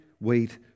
wait